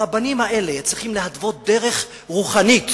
הרבנים האלה צריכים להתוות דרך רוחנית,